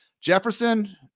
Jefferson